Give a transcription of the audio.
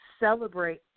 celebrate